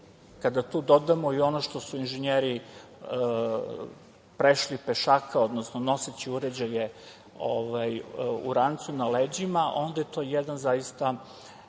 Kada tu dodamo i ono što su inženjeri prešli pešaka, odnosno noseći uređaje u rancu na leđima, onda je to jedan zaista